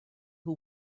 who